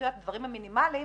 הדברים המינימליים